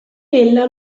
ella